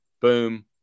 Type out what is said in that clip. Boom